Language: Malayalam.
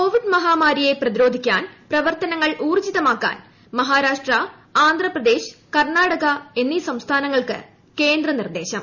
കോവിഡ് മഹാമാരിയെ പ്രതിരോധിക്കാൻ പ്രവർത്തനങ്ങൾ ഊർജിതമാക്കാൻ മഹാരാഷ്ട്ര ആന്ധ്രപ്രദേശ് കർണാടക എന്നീ സംസ്ഥാനങ്ങൾക്ക് കേന്ദ്ര നിർദ്ദേശം